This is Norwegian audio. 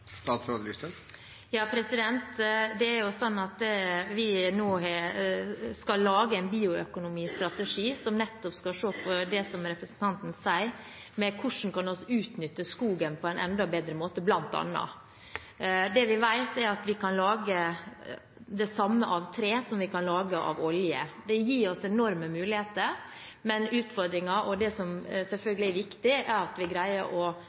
Vi skal nå lage en bioøkonomistrategi som nettopp skal se på det representanten tar opp – hvordan vi kan utnytte skogen på en enda bedre måte. Det vi vet, er at vi kan lage det samme av tre som vi kan lage av olje. Det gir oss enorme muligheter, men også utfordringer. Det som selvfølgelig er viktig, er at vi greier å